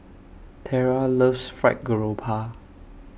Tera loves Fried Garoupa